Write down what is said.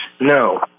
No